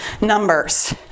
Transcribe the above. numbers